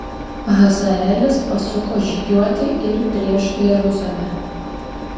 hazaelis pasuko žygiuoti ir prieš jeruzalę